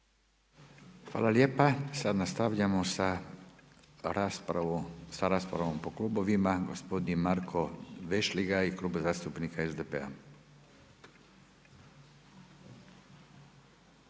Hvala lijepa. Sad nastavljamo sa raspravom po klubovima. Gospodin Marko Vešligaj, Klub zastupnika SDP-a.